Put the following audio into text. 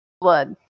blood